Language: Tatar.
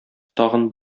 тагын